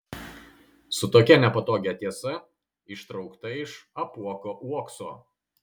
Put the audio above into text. su tokia nepatogia tiesa ištraukta iš apuoko uokso